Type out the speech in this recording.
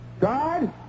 God